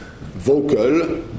vocal